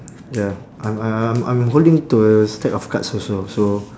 ya I'm I'm I'm holding to a stack of cards also so